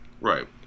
Right